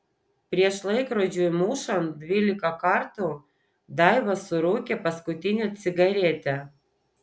prieš laikrodžiui mušant dvylika kartų daiva surūkė paskutinę cigaretę